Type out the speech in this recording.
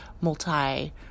multi